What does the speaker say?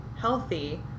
healthy